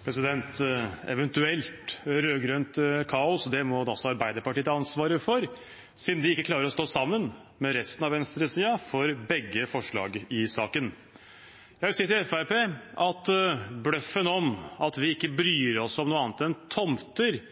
1 minutt. Eventuelt rød-grønt kaos, det må da også Arbeiderpartiet ta ansvaret for, siden de ikke klarer å stå sammen med resten av venstresiden for begge forslag i saken. Jeg vil si til Fremskrittspartiet at bløffen om at vi ikke bryr oss om noe annet enn tomter,